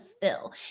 fill